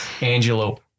Angelo